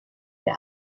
der